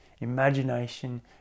imagination